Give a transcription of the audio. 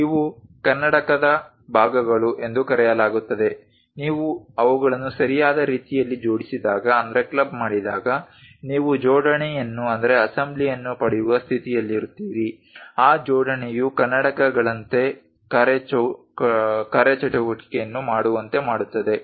ಇವು ಕನ್ನಡಕದ ಭಾಗಗಳು ಎಂದು ಕರೆಯಲಾಗುತ್ತದೆ ನೀವು ಅವುಗಳನ್ನು ಸರಿಯಾದ ರೀತಿಯಲ್ಲಿ ಜೋಡಿಸಿದಾಗ ನೀವು ಜೋಡಣೆಯನ್ನು ಪಡೆಯುವ ಸ್ಥಿತಿಯಲ್ಲಿರುತ್ತೀರಿ ಆ ಜೋಡಣೆಯು ಕನ್ನಡಕಗಳಂತೆ ಕಾರ್ಯಚಟುವಟಿಕೆಯನ್ನು ಮಾಡುವಂತೆ ಮಾಡುತ್ತದೆ